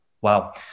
wow